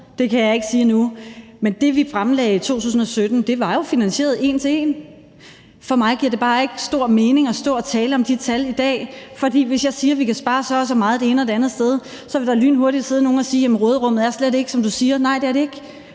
jeg endnu ikke sige, men det, vi fremlagde i 2017, var jo finansieret en til en, og for mig giver det bare ikke stor mening at stå og tale om de tal i dag. For hvis jeg siger, at vi kan spare så og så meget det ene og det andet sted, vil der lynhurtigt sidde nogle og sige: Jamen råderummet er slet ikke, som du siger. Nej, det er det ikke,